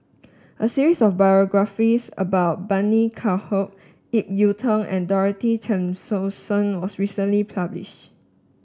a series of Biographies about Bani Haykal Ip Yiu Tung and Dorothy Tessensohn was recently published